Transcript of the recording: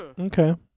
okay